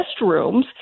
restrooms